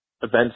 events